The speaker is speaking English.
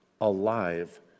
alive